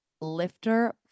lifter